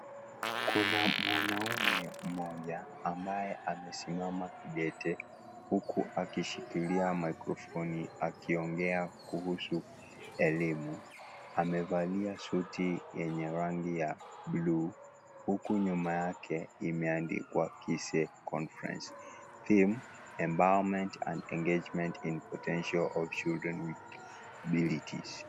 Kuna mwanaume Mmoja ambaye amesimama kidete Huku akishikilia mikrofoni akiongea kuhusu elimu, amevalia suti yenye rangi ya blue huku nyuma yake imeandikwa Kisii conference, Theme; Empowerment and engagement in potential of children with disabilities